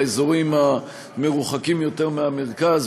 באזורים המרוחקים יותר מהמרכז,